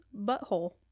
butthole